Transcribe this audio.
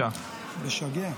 הדיבור משגע,